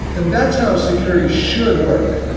and that's how security should work.